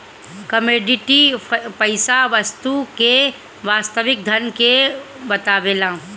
commodity पईसा वस्तु के वास्तविक धन के बतावेला